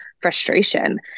frustration